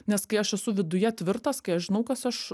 nes kai aš esu viduje tvirtas kai aš žinau kas aš